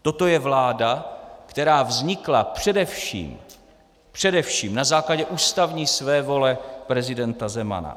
Toto je vláda, která vznikla především především na základě ústavní svévole prezidenta Zemana.